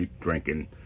drinking